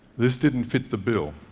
this didn't fit the bill.